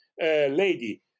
lady